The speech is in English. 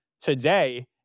Today